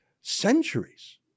centuries